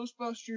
Ghostbusters